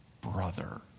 brother